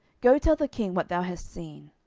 go tell the king what thou hast seen.